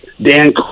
Dan